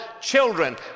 children